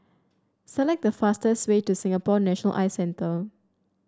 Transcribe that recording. select the fastest way to Singapore National Eye Centre